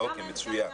גם זה מוחרג.